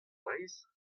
breizh